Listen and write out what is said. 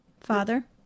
Father